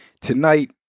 Tonight